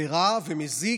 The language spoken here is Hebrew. ורע ומזיק,